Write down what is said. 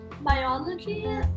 biology